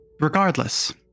Regardless